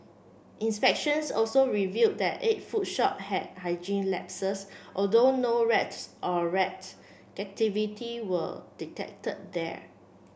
inspections also reveal that eight food shop had hygiene lapses although no rats or rats activity were detected there